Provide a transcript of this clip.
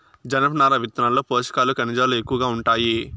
జనపనార విత్తనాల్లో పోషకాలు, ఖనిజాలు ఎక్కువగా ఉంటాయి